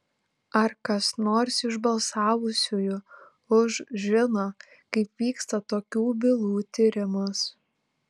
ar kas nors iš balsavusiųjų už žino kaip vyksta tokių bylų tyrimas